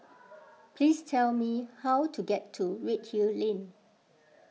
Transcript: please tell me how to get to Redhill Lane